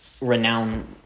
renowned